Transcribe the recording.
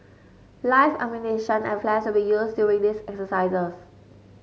live ammunition and flares will be used during these exercises